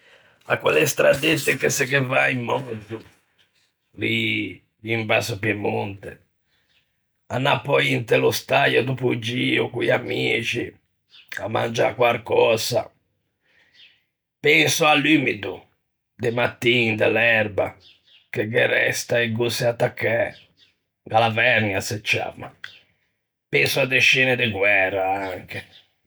A quelle straddette che se ghe va in möto lì in Basso Piemonte, anâ pöi inte l'ostaia dòppo o gio, co-i amixi, à mangiâ quarcösa. Penso à l'umido, de mattin, de l'erba, che ghe resta e gosse attaccæ, galavernia a se ciamma. Penso à de scene de guæra, anche.